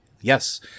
yes